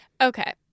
Okay